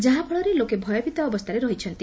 ଯାହାଫଳରେ ଲୋକେ ଭୟଭୀତ ଅବସ୍ଥାରେ ରହିଛନ୍ତି